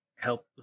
help